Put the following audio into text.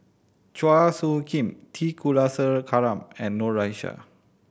Chua Soo Khim T Kulasekaram and Noor Aishah